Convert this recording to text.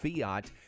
fiat